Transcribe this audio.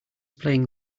playing